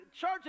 Church